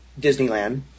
Disneyland